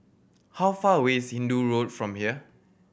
how far away is Hindoo Road from here